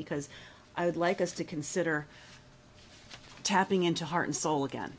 because i would like us to consider tapping into heart and soul again